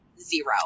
zero